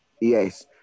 Yes